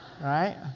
Right